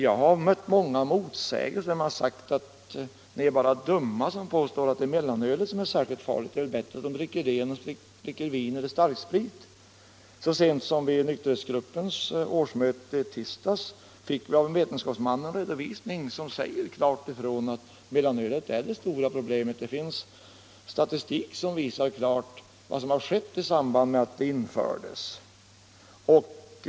Jag har i den frågan mött många motsägelsefulla påståenden. Det har sagts att vi är dumma som påstår att det bara är mellanölet som är farligt och att det är bättre att ungdomarna dricker mellanöl än att de dricker vin och starksprit. Så sent som vid nykterhetsgruppens årsmöte i tisdags fick vi av en vetenskapsman en redogörelse som klart visar att mellanölet är det stora problemet. Det finns statistik som klart visar vad som skett sedan mellanölet infördes.